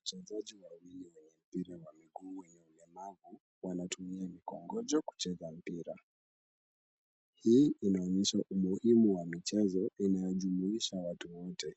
Wachezaji wawili wenye mpira wa miguu wenye ulemavu wanatumia mikongojo kucheza mpira. Hii inaonyesha umuhimu wa michezo inayojumuisha watu wote.